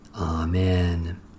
Amen